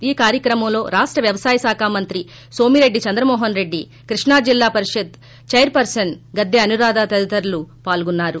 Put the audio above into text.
ఈ కార్యక్రమంలో రాష్ట వ్యవసాయ శాఖ మంత్రి సోమిరెడ్డి చంద్రమోహన్ రెడ్డి కృష్ణా జిల్లా పరిషత్ చైర్ పర్సన్ గద్దె అనురాధ తదితరులు పాల్గొన్నారు